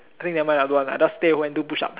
I think never mind just stay at home to do push up